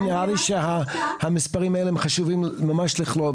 כי נראה לי המספרים חשובים לכלול,